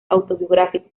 autobiográficos